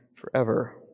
forever